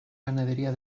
ganadería